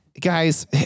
Guys